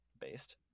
Based